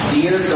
Dear